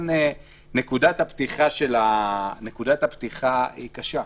נקודת הפתיחה היא קשה.